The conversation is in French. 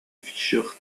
fisher